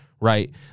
right